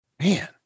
Man